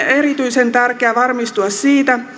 erityisen tärkeää varmistua siitä